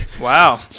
wow